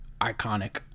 iconic